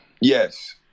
Yes